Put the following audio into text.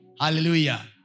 Hallelujah